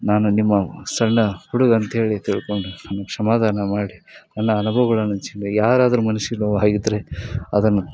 ನಾನು ನಿಮ್ಮ ಸಣ್ಣ ಹುಡುಗ ಅಂತೇಳಿ ತಿಳ್ಕೊಂಡು ನಮ್ಗೆ ಕ್ಷಮಾದಾನ ಮಾಡಿ ನನ್ನ ಅನುಭವಗಳನ್ನು ಯಾರಾದ್ರೂ ಮನ್ಸಿಗ್ ನೋವಾಗಿದ್ದರೆ ಅದನ್ನು